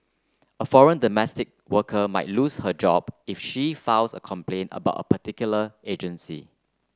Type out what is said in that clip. a foreign domestic worker might lose her job if she files a complaint about a particular agency